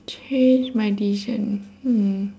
change my decision hmm